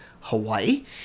Hawaii